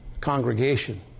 congregation